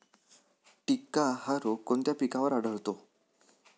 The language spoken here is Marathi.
टिक्का हा रोग कोणत्या पिकावर आढळतो?